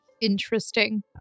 Interesting